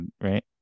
right